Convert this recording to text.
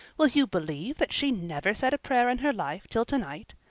will you believe that she never said a prayer in her life till tonight?